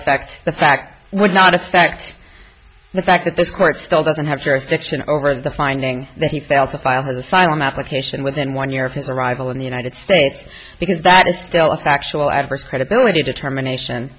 affect the facts would not affect the fact that this court still doesn't have jurisdiction over the finding that he failed to file his asylum application within one year of his arrival in the united states because that is still a factual adverse credibility determination